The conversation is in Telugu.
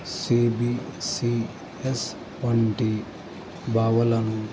సిబీఎస్ఈఎస్ వంటి భావాలను